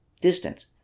distance